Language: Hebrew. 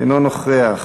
אינו נוכח,